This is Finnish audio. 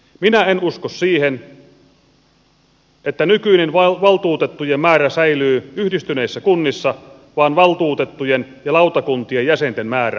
minä en usko siihen että nykyinen valtuutettujen määrä säilyy yhdistyneissä kunnissa vaan valtuutettujen ja lautakuntien jäsenten määrä vähenee